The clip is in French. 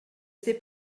sais